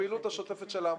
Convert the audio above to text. בפעילות השוטפת של העמותה.